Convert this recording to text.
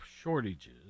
shortages